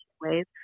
ways